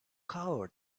covered